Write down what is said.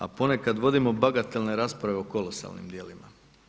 A ponekad vodimo bagatelne rasprave o kolosalnim djelima.